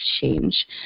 change